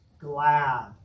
glad